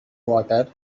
water